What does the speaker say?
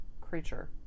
creature